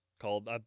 called